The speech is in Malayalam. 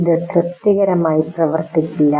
ഇത് തൃപ്തികരമായി പ്രവർത്തിക്കുന്നില്ല